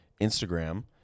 Instagram